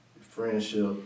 friendship